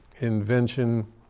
invention